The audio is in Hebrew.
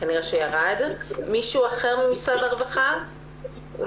בכך שבעצם ועדה משותפת של שב"ס והרווחה דנה